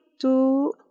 two